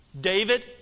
David